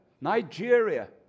Nigeria